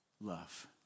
love